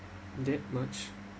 that much